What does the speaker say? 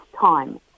time